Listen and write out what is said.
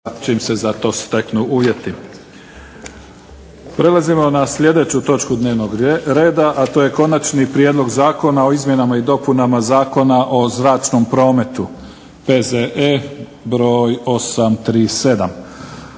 **Mimica, Neven (SDP)** Prelazimo na sljedeću točku dnevnog reda, a to je - Konačni prijedlog zakona o izmjenama i dopunama Zakona o zračnom prometu, hitni